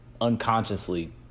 unconsciously